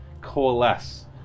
coalesce